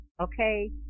Okay